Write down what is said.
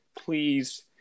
Please